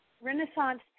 renaissance